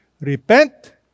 repent